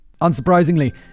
unsurprisingly